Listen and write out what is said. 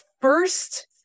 first